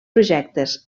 projectes